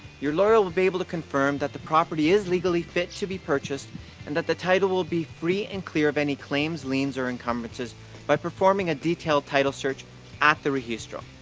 your lawyer will be able to confirm that the property is legally fit to be purchased and that the title will be free and clear of any claims liens or encumbrances by performing a detailed title search at the registro.